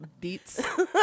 beats